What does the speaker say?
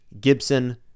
Gibson